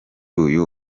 uyu